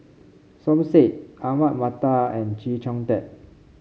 Som Said Ahmad Mattar and Chee Kong Tet